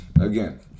again